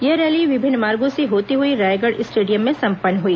यह रैली विभिन्न मार्गों से होते हुई रायगढ़ स्टेडियम में संपन्न हुई